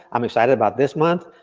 i'm excited about this month,